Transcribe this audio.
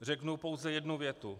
Řeknu pouze jednu větu.